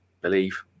Believe